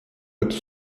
это